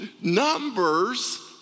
Numbers